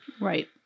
Right